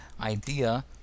idea